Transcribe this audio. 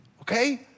okay